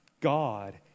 God